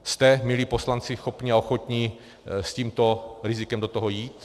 Jste, milí poslanci, schopni a ochotni s tímto rizikem do toho jít?